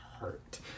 hurt